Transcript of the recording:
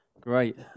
Great